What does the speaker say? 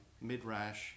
Midrash